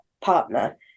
partner